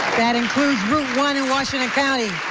that includes route one in washington county,